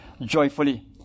joyfully